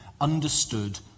understood